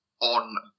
on